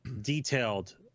detailed